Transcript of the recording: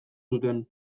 zuten